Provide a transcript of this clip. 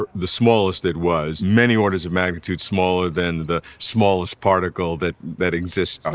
ah the smallest it was, many orders of magnitude smaller than the smallest particle that that exists. ah